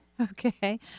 Okay